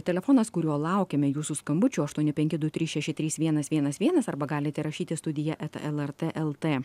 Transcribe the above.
telefonas kuriuo laukiame jūsų skambučių aštuoni penki du trys šeši trys vienas vienas vienas arba galite rašyti į studija eta lrt lt